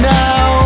now